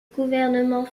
gouvernement